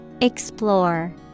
Explore